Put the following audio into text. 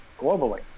globally